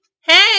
Hey